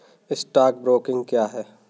Stock broking क्या है?